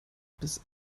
bis